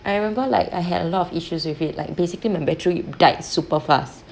I remember like I had a lot of issues with it like basically my battery died super fast